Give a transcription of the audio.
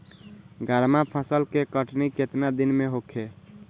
गर्मा फसल के कटनी केतना दिन में होखे?